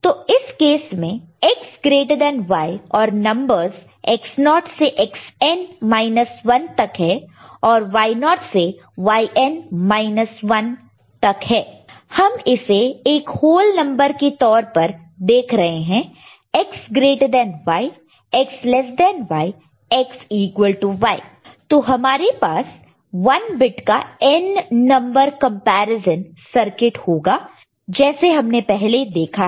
तो इस केस में X ग्रेटर देन Y और नंबरस X0 से Xn माइनस 1 तक है और Y0 से Yn माइनस 1 हम इसे एक होल नंबर के तौर पर देख रहे हैं X greater than Y X less than Y X equal to Y तो हमारे पास 1 बिट का n नंबर कंपैरिजन सर्किट होगा जैसे हमने पहले देखा है